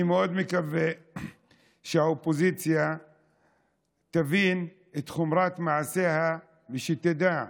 אני מאוד מקווה שהאופוזיציה תבין את חומרת מעשיה ושתדע: